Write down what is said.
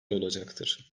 olacaktır